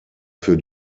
für